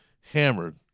hammered